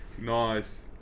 Nice